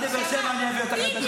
עד לבאר שבע אני אביא אותך לבית משפט.